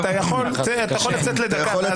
אתה יכול לצאת לדקה.